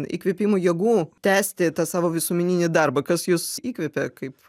įkvėpimo jėgų tęsti tą savo visuomeninį darbą kas jus įkvepia kaip